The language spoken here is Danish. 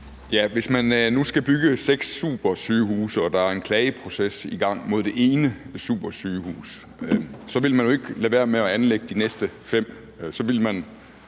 Hvis man nu skal bygge seks supersygehuse og der er en klageproces i gang mod det ene supersygehus, så vil man jo ikke lade være med at anlægge de næste fem; så ville man